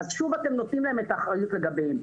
שוב אתם נותנים להם את האחריות לגביהם.